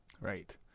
Right